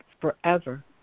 forever